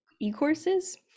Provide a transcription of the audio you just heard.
e-courses